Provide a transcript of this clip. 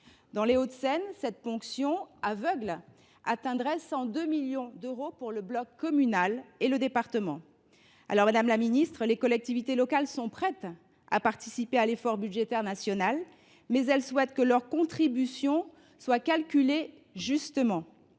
Dans les Hauts de Seine, cette ponction aveugle atteindrait 102 millions d’euros pour le bloc communal et le département. Madame la ministre, les collectivités locales sont prêtes à participer à l’effort budgétaire national, mais elles souhaitent que leur contribution soit calculée de